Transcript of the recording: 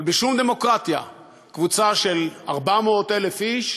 אבל בשום דמוקרטיה קבוצה של 400,000 איש,